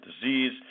disease